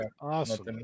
awesome